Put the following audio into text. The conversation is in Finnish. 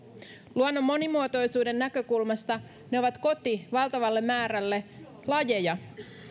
luonnon monimuotoisuuden näkökulmasta ne ovat koti valtavalle määrälle lajeja